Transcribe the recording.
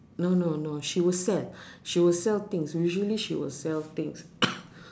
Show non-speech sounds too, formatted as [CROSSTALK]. no no no she will sell she will sell things usually she will sell things [COUGHS]